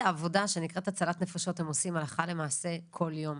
עבודה שנקראת הצלת נפשות הם עושים הלכה למעשה כל יום.